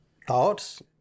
Thoughts